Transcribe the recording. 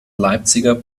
leipziger